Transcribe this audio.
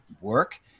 work